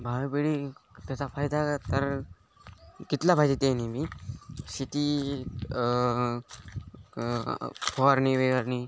भावी पिढी त्याचा फायदा तर घेतला पाहिजे ते न मी शेती क फवारणी वेअरणी